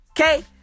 Okay